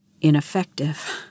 ineffective